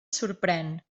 sorprèn